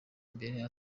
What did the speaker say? imbere